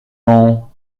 l’ont